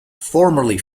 formerly